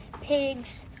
pigs